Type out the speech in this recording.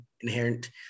inherent